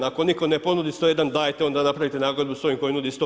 Ako nitko ne ponudi 101, dajte onda napravite nagodbu s onim koji nudi 100.